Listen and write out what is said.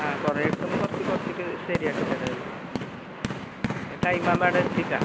ആ കുറേ എടുക്കുമ്പോൾ കുറച്ച് കുറച്ചിട്ട് ശരിയാക്കി തരാം അത് ഉം ടൈം ആവുമ്പം അവിടെ എത്തിക്കാം